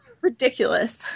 ridiculous